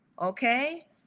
Okay